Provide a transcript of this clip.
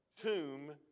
tomb